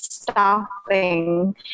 Stopping